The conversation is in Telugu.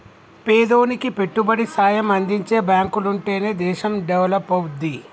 పేదోనికి పెట్టుబడి సాయం అందించే బాంకులుంటనే దేశం డెవలపవుద్ది